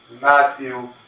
Matthew